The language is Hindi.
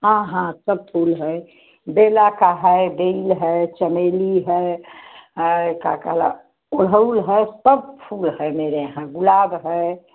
हाँ हाँ सब फूल है बेला का है डेल है चमेली है का कहला है ओढ़हूल है सब फूल है मेरे यहाँ गुलाब है